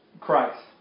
Christ